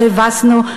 כשהבסנו,